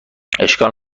اشکال